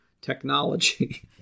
technology